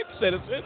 citizen